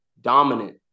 dominant